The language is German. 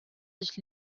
sich